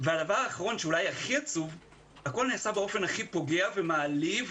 הדבר האחרון שהכי עצוב הוא שזה נעשה בצורה פוגעת ומעליבה.